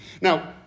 now